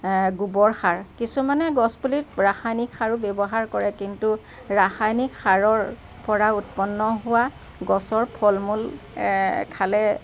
গোবৰ সাৰ কিছুমানে গছপুলিত ৰাসায়নিক সাৰো ব্যৱহাৰ কৰে কিন্তু ৰাসায়নিক সাৰৰ পৰা উৎপন্ন হোৱা গছৰ ফলমূল খালে